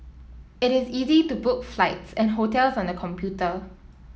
it is easy to book flights and hotels on the computer